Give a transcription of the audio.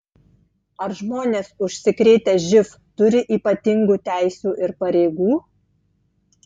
ar žmonės užsikrėtę živ turi ypatingų teisių ir pareigų